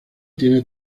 tiene